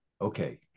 okay